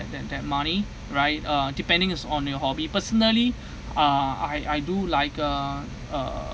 that that that money right uh depending is on your hobby personally uh I I do like a uh